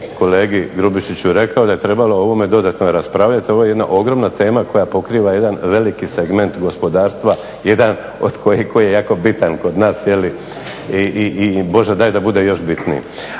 kolegi Grubišiću rekao da je trebalo o ovome dodatno raspravljati. Ovo je jedna ogromna tema koja pokriva jedan veliki segment gospodarstva, jedan koji je jako bitan kod nas i Bože daj da bude još bitniji.